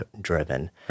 driven